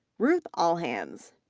ruth allhands.